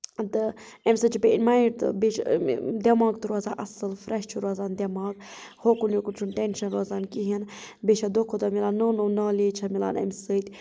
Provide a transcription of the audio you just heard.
تہٕ امہِ سۭتۍ چھُ ببٚیہِ ماینڑ تہٕ بیٚیہِ چھُ دٮ۪ماغ تہِ روزان اصٕل فریٚش چھُ روزان دٮ۪ماغ ہوکُن یوکُن چھُنہٕ ٹیٚنشن روزان کہیٖنۍ بیٚیہِ چھِ اتھ دۄہ کھۄتہٕ دۄہ میلان نٔو نٔو نالیج چھِ میلان امہِ سۭتۍ